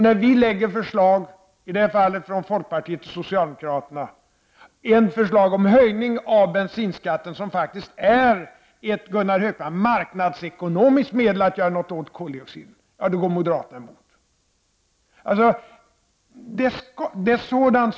När vi lägger fram ett förslag, i det här fallet folkpartiet och socialdemokraterna, om en höjning av bensinskatten, som faktiskt är ett marknadsekonomiskt medel att göra något åt koldioxidutsläppen, då går moderaterna emot.